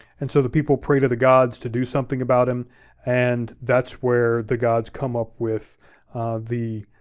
and so the people pray to the gods to do something about him and that's where the gods come up with the